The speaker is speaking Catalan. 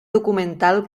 documental